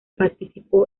participó